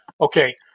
okay